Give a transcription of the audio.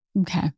Okay